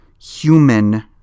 human